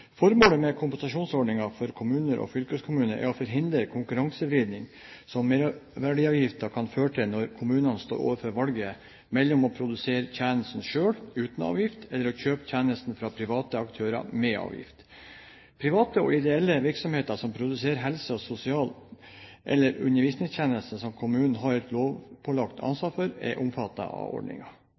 Formålet med kompensasjonsordningen for kommuner og fylkeskommuner er å forhindre konkurransevridninger som merverdiavgiften kan føre til når kommunene står overfor valget mellom å produsere tjenester selv uten avgift eller å kjøpe tjenestene fra private aktører med avgift. Private og ideelle virksomheter som produserer helse-, sosial- eller undervisningstjenester som kommunene har et lovpålagt ansvar for, er omfattet av